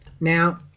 now